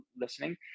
listening